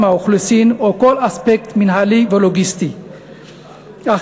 האוכלוסין או לכל אספקט מינהלי ולוגיסטי אחר,